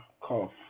cough